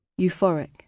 Euphoric